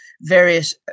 various